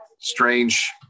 Strange